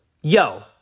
yo